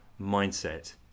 mindset